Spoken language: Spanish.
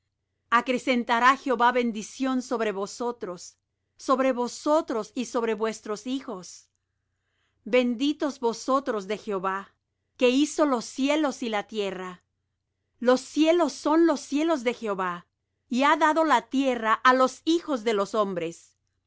grandes acrecentará jehová bendición sobre vosotros sobre vosotros y sobre vuestros hijos benditos vosotros de jehová que hizo los cielos y la tierra los cielos son los cielos de jehová y ha dado la tierra á los hijos de los hombres